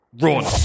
Run